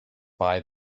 buy